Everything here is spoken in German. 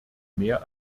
mehr